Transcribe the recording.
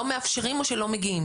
לא מאפשרים או שלא מגיעים?